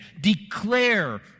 declare